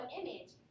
image